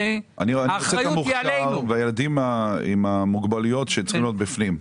המוכשר והילדים עם המוגבלויות צריכים להיות בפנים.